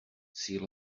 sea